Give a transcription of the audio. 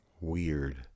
weird